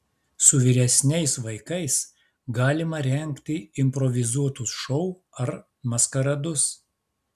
su vyresniais vaikais galima rengti improvizuotus šou ar maskaradus